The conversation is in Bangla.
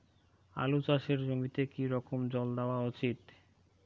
আলু চাষের জমিতে কি রকম জল দেওয়া উচিৎ?